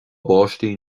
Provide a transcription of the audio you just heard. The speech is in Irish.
báistí